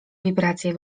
wibracje